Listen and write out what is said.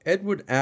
Edward